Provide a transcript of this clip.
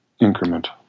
increment